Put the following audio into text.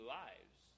lives